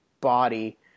body